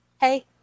Hey